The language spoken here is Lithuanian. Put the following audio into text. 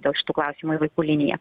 dėl šitų klausimų į vaikų liniją